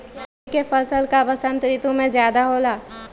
तोरी के फसल का बसंत ऋतु में ज्यादा होला?